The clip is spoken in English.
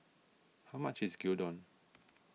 how much is Gyudon